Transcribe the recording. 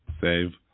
Save